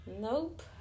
Nope